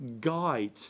guide